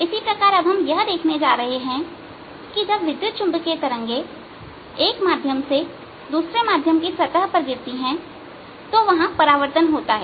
इसी प्रकार अब हम यह देखने जा रहे हैं कि जब विद्युत चुंबकीय तरंगे एक माध्यम से दूसरे माध्यम की सतह पर गिरती है तो वहां परावर्तन होता है